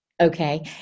Okay